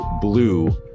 BLUE